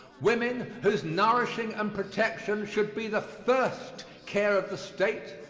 women, whose nourishing and protection should be the first care of the state,